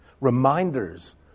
reminders